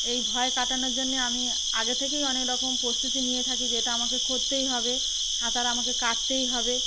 এই ভয় কাটানোর জন্যে আমি আগে থেকেই অনেক রকম প্রস্তুতি নিয়ে থাকি যেটা আমাকে করতেই হবে সাঁতার আমাকে কাটতেই হবে